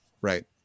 right